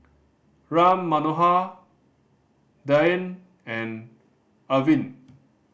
Ram Manohar Dhyan and Arvind